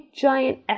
giant